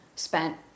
spent